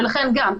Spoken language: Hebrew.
ולכן גם,